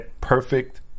perfect